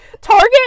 Target